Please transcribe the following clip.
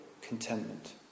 contentment